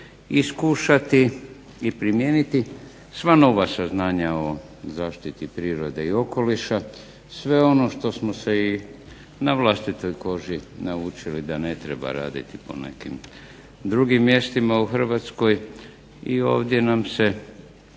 iskušati i primijeniti sva nova saznanja o zaštiti prirode i okoliša, sve ono što smo se i na vlastitoj koži naučili da ne treba raditi po nekim drugim mjestima u Hrvatskoj. I ovdje nam se